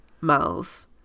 miles